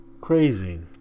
Crazy